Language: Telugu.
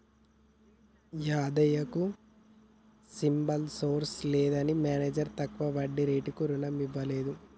యాదయ్య కు సిబిల్ స్కోర్ లేదని మేనేజర్ తక్కువ వడ్డీ రేటుకు రుణం ఇవ్వలేదు